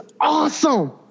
awesome